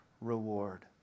reward